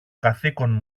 καθήκον